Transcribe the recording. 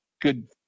Good